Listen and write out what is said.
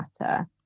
matter